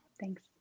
Thanks